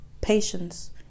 patience